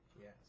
Yes